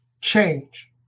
change